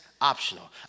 optional